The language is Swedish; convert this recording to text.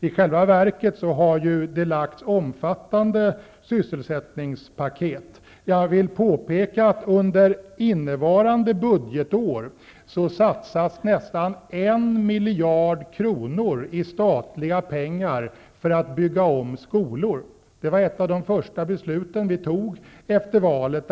I själva verket har regeringen ju lagt fram omfattande sysselsättningspaket. Jag vill påpeka att nästan 1 miljard kronor av statliga pengar under innvarande budgetår satsas på ombyggnader av skolor. Det var ett av de första beslut vi fattade efter valet.